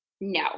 no